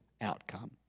outcome